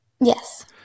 Yes